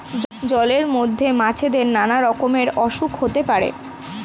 জলের মধ্যে মাছেদের নানা রকমের অসুখ হতে পারে